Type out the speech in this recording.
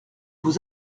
vous